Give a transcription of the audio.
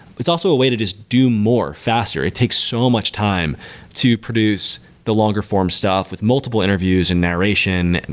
it's also a way to just do more faster. it takes so much time to produce the longer form stuff with multiple interviews and narration. and